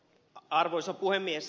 arvoisa puhemies